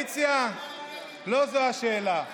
אין לה זכות הצבעה,